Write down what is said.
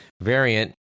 variant